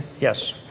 Yes